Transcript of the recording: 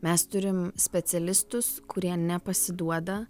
mes turim specialistus kurie nepasiduoda